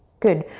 good.